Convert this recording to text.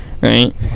right